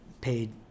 paid